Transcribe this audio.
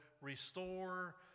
restore